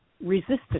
resistant